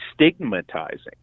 stigmatizing